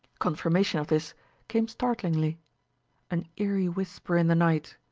confirmation of this came startlingly an eerie whisper in the night,